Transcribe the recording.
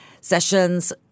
sessions